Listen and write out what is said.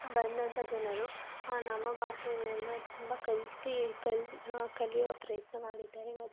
ಬಂದಂಥ ಜನರು ನಮ್ಮ ಭಾಷೆಯನ್ನು ತುಂಬ ಕಲ್ತು ಕಲಿ ಕಲಿಯುವ ಪ್ರಯತ್ನ ಮಾಡಿದ್ದಾರೆ ಮತ್ತು